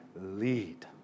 lead